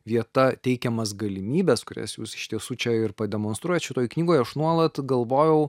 vieta teikiamas galimybes kurias jūs iš tiesų čia ir pademonstruojat šitoj knygoj aš nuolat galvojau